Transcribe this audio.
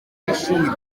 b’ishuri